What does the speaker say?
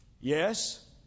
Yes